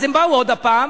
אז הם באו עוד פעם.